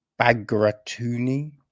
Bagratuni